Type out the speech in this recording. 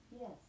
Yes